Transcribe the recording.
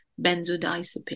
benzodiazepine